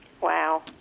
Wow